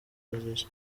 ararira